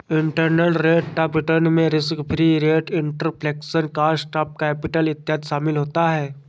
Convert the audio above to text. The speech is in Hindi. इंटरनल रेट ऑफ रिटर्न में risk free rate, inflation, cost of capital इत्यादि शामिल होता है